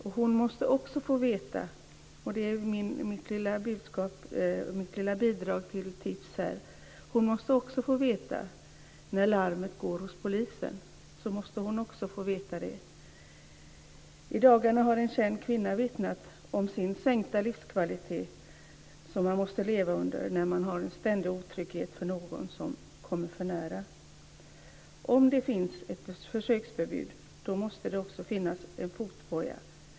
När larmet går hos polisen - och det är mitt lilla bidrag till tips - måste hon också få veta det. I dagarna har en känd kvinna vittnat om den sänkta livskvalitet man måste leva under när man känner ständig otrygghet på grund av någon som kommer för nära. Om det finns ett besöksförbud måste det också finnas en fotboja.